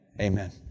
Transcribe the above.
Amen